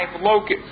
locust